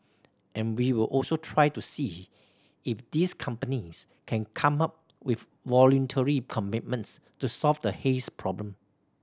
and we'll also try to see if these companies can come up with voluntary commitments to solve the haze problem